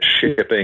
shipping